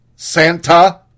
Santa